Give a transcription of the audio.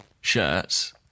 shirts